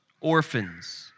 orphans